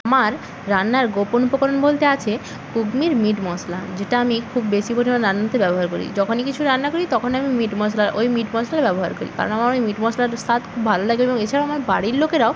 আমার রান্নার গোপন উপকরণ বলতে আছে কুকমির মিট মশলা যেটা আমি খুব বেশি পরিমাণ রান্নাতে ব্যবহার করি যখনই কিছু রান্না করি তখন আমি মিট মশলা ওই মিট মশলা ব্যবহার করি কারণ আমার ওই মিট মশলাটার স্বাদ খুব ভাল লাগে এবং এছাড়াও আমার বাড়ির লোকেরাও